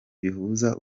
bihuza